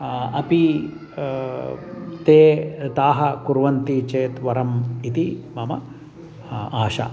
अपि ते ताः कुर्वन्ति चेत् वरम् इति मम आशा